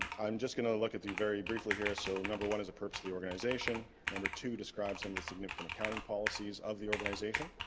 i'm just going to look at the very briefly here so number one is a purpose of the organization number two describe some of the significant accounting policies of the organization